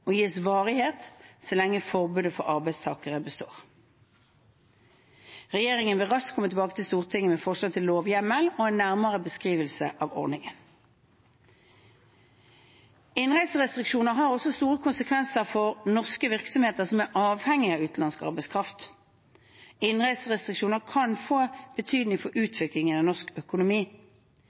og gis varighet så lenge forbudet for arbeidstakere består. Regjeringen vil raskt komme tilbake til Stortinget med forslag til lovhjemmel og en nærmere beskrivelse av ordningen. Innreiserestriksjonene har også store konsekvenser for norske virksomheter som er avhengige av utenlandsk arbeidskraft, og innreiserestriksjonene kan få betydning for utviklingen av norsk økonomi.